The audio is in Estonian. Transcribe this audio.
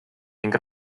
ning